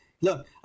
Look